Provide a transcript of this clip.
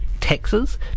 taxes